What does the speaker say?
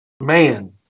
man